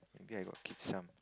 maybe I got keep some